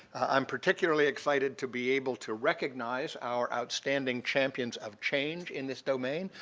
um particularly excited to be able to recognize our outstanding champions of change in this domain.